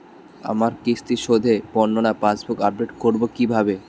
আমার কিস্তি শোধে বর্ণনা পাসবুক আপডেট করব কিভাবে?